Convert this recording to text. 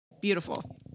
beautiful